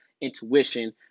intuition